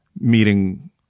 meeting